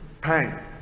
pain